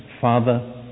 Father